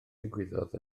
ddigwyddodd